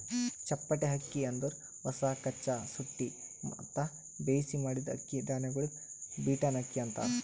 ಚಪ್ಪಟೆ ಅಕ್ಕಿ ಅಂದುರ್ ಹೊಸ, ಕಚ್ಚಾ, ಸುಟ್ಟಿ ಮತ್ತ ಬೇಯಿಸಿ ಮಾಡಿದ್ದ ಅಕ್ಕಿ ಧಾನ್ಯಗೊಳಿಗ್ ಬೀಟನ್ ಅಕ್ಕಿ ಅಂತಾರ್